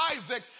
Isaac